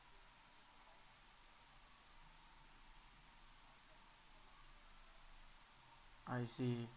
I see